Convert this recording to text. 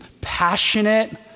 passionate